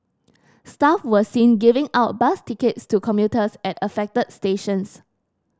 staff were seen giving out bus tickets to commuters at affected stations